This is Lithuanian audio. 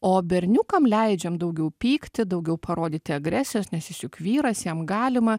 o berniukam leidžiam daugiau pykti daugiau parodyti agresijos nes jis juk vyras jam galima